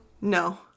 No